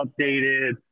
updated